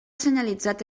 senyalitzat